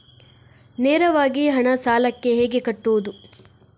ನೇರವಾಗಿ ಹಣ ಸಾಲಕ್ಕೆ ಹೇಗೆ ಕಟ್ಟುವುದು?